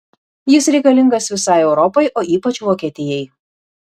jis reikalingas visai europai o ypač vokietijai